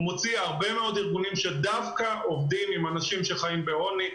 הוא מוציא הרבה מאוד ארגונים שעובדים דווקא עם אנשים שחיים בעוני,